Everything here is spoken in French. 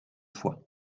foi